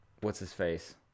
What's-His-Face